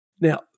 Now